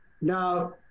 Now